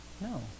No